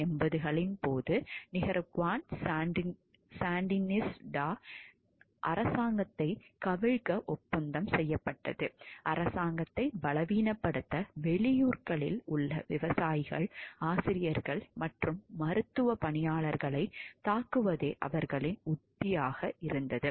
1980 களின் போது Nicaraguan Sandinista அரசாங்கத்தை கவிழ்க்க ஒப்பந்தம் செயல்பட்டது அரசாங்கத்தை பலவீனப்படுத்த வெளியூர்களில் உள்ள விவசாயிகள் ஆசிரியர்கள் மற்றும் மருத்துவ பணியாளர்களை தாக்குவதே அவர்களின் உத்தியாக இருந்தது